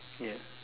ya